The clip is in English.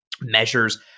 measures